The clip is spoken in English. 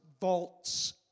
vaults